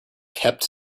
kept